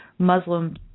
Muslim